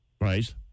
Right